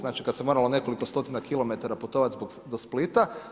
Znači, kad se moralo nekoliko stotina kilometara putovati do Splita.